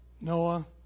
Noah